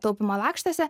taupymo lakštuose